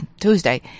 Tuesday